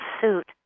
suit